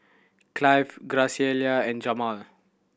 Clive Graciela and Jamaal